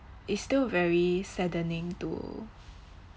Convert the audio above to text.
it's still very saddening to